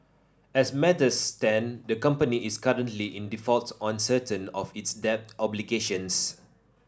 as matters stand the company is currently in default on certain of its debt obligations